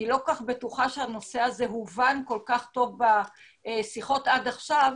אני לא כל כך בטוחה שהנושא הזה הובן כל כך טוב בשיחות עד עכשיו,